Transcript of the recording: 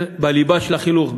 בליבה של החינוך,